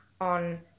on